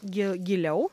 gi giliau